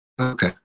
Okay